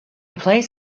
plays